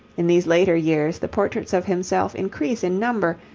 in these later years the portraits of himself increase in number,